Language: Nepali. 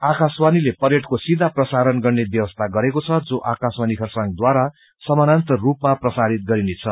आाकाशवाणीले परेडको सिधा प्रसारण गन्ने व्यवसीी गरेको छ जो आकाशवाणी चखरसाङद्वारा समानन्तर स्रूपमा प्रसारित गरिनेछ